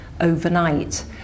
overnight